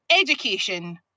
education